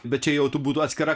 bet čia jau tai būtų atskira